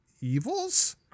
evils